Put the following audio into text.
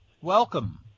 Welcome